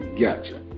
Gotcha